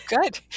Good